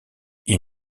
ils